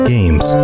Games